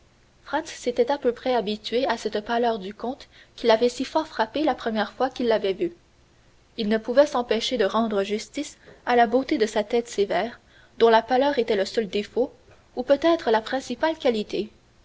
s'était peu à peu habitué à cette pâleur du comte qui l'avait si fort frappé la première fois qu'il l'avait vu il ne pouvait s'empêcher de rendre justice à la beauté de sa tête sévère dont la pâleur était le seul défaut ou peut-être la principale qualité